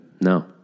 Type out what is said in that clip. No